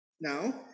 Now